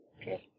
Okay